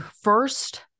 first